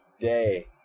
day